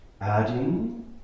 Adding